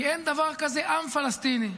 כי אין דבר כזה עם פלסטיני.